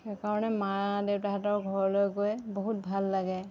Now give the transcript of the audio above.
সেইকাৰণে মা দেউতাহঁতৰ ঘৰলৈ গৈ বহুত ভাল লাগে